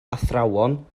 athrawon